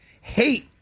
hate